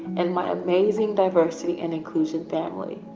and my amazing diversity and inclusion family.